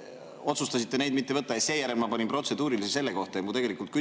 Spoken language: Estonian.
te otsustasite neid mitte võtta ja seejärel ma panin protseduurilise selle kohta. Mul tegelikult